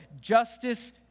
justice